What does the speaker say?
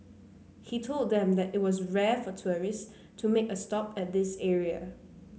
he told them that it was rare for tourist to make a stop at this area